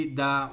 da